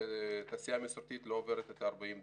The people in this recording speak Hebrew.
התעשייה המסורתית לא עוברת על ה-40 דולר.